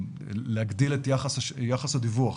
להגדיל את יחס הדיווח.